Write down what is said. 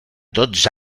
dotze